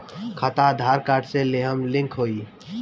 खाता आधार कार्ड से लेहम लिंक होई?